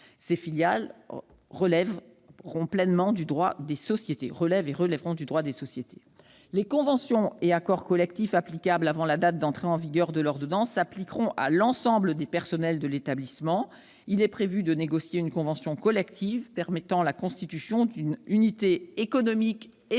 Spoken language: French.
Ces filiales relèveront pleinement du droit des sociétés. Les conventions et accords collectifs applicables avant la date d'entrée en vigueur de l'ordonnance s'appliqueront à l'ensemble des personnels de l'établissement. Il est en outre prévu de négocier une convention collective permettant la constitution d'une unité économique et sociale